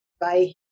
bye